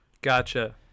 gotcha